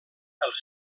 els